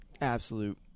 absolute